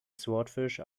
swordfish